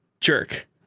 jerk